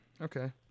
Okay